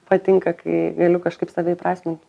patinka kai galiu kažkaip save įprasmint